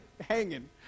hanging